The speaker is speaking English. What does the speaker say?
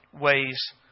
ways